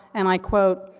and i quote,